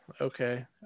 okay